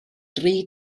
dri